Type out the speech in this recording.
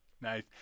Nice